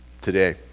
Today